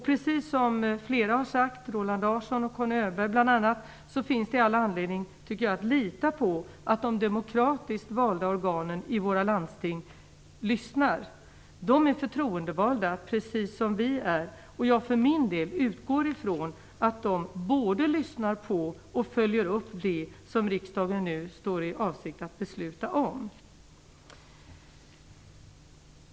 Precis som bl.a. Roland Larsson och Conny Öhman har sagt finns det all anledning att lita på att de demokratiskt valda organen i våra landsting lyssnar. De är förtroendevalda, precis som vi. Jag utgår för min del från att de både lyssnar på och följer upp det som riksdagen nu står i avsikt att besluta om.